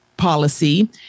policy